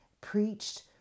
preached